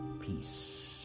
peace